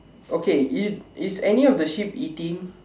okay is is any of the sheep eating